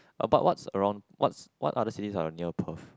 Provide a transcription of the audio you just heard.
about what's around what's what other cities are near Perth